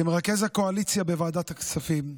כמרכז הקואליציה בוועדת הכספים,